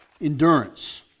Endurance